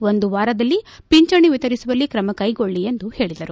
ಒಂದು ವಾರದಲ್ಲಿ ಪಿಂಚಣಿ ವಿತರಿಸುವಲ್ಲಿ ಕ್ರಮಕೈಗೊಳ್ಳ ಎಂದು ಹೇಳಿದರು